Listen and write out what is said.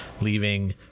leaving